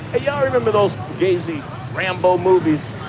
yeah and biddle's gazy rambo movies.